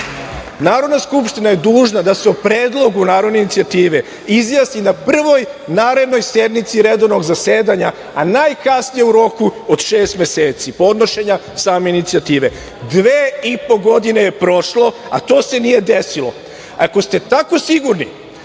Narodna skupština je dužna da se o predlogu narodne inicijative izjasni na prvoj narednoj sednici redovnog zasedanja, a najkasnije u roku od šest meseci podnošenja same inicijative. Dve i po godine je prošlo, a to se nije desilo. Ako ste tako sigurni